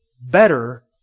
better